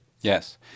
Yes